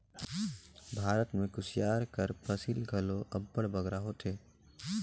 भारत में कुसियार कर फसिल घलो अब्बड़ बगरा होथे